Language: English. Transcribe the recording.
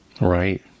right